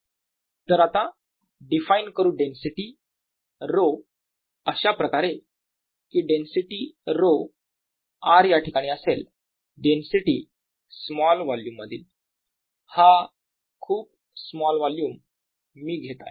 dsamount leaving the volumereduction in the amount of this quantity inside the volumetime तर आता define करू density 𝛒 अशाप्रकारे कि डेन्सिटी 𝛒 r या ठिकाणी असेल डेन्सिटी स्मॉल वोल्युम मधील हा खूप स्मॉल वोल्युम मी घेत आहे